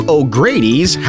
O'Grady's